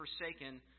forsaken